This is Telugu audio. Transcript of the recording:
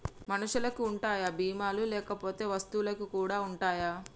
మనుషులకి ఉంటాయా బీమా లు లేకపోతే వస్తువులకు కూడా ఉంటయా?